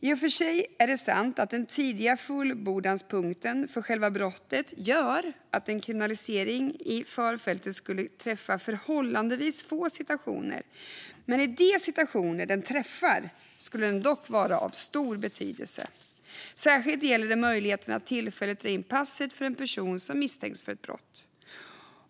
I och för sig är det sant att den tidiga fullbordanspunkten för själva brottet gör att en kriminalisering i förfältet skulle träffa förhållandevis få situationer, men i de situationer den träffar skulle den vara av stor betydelse. Särskilt gäller detta möjligheten att tillfälligt dra in passet för en person som misstänks för ett brott.